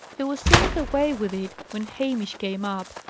he was turning away with it, when hamish came up.